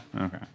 Okay